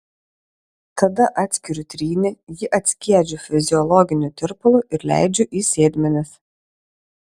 tada atskiriu trynį jį atskiedžiu fiziologiniu tirpalu ir leidžiu į sėdmenis